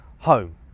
home